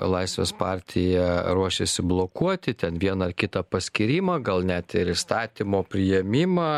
laisvės partija ruošėsi blokuoti ten vieną kitą paskyrimą gal net ir įstatymo priėmimą